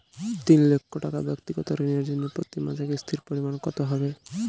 তিন লক্ষ টাকা ব্যাক্তিগত ঋণের জন্য প্রতি মাসে কিস্তির পরিমাণ কত হবে?